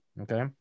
Okay